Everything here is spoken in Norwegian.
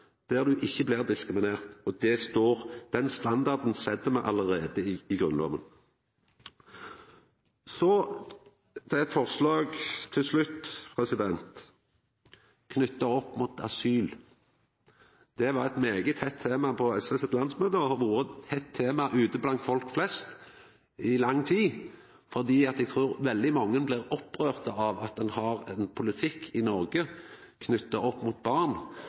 der du ikkje blir diskriminert – og den standarden set me allereie i Grunnlova. Til slutt til eit forslag som gjeld asyl. Det var eit veldig heit tema på SVs landsmøte, og det har vore eit heit tema ute blant folk flest i lang tid. Eg trur veldig mange blir opprørte av den politikken me har i Noreg når det gjeld barn.